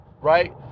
right